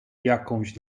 jakąś